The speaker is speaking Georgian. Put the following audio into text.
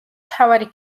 მთავარი